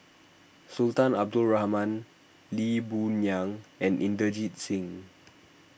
Sultan Abdul Rahman Lee Boon Yang and Inderjit Singh